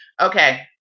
okay